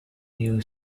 new